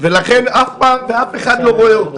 ולכן אף פעם ואף אחד לא שומע אותן.